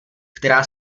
která